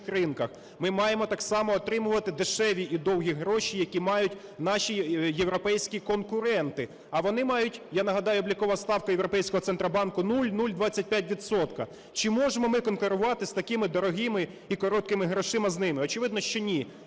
ми маємо так само отримувати дешеві і довгі гроші, які мають наші європейські конкуренти. А вони мають, я нагадаю, облікова ставка Європейського центробанку 0,025 відсотка. Чи можемо ми конкурувати з такими дорогими і короткими грошима з ними? Очевидно, що ні.